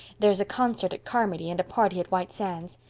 there's a concert at carmody and a party at white sands.